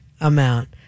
amount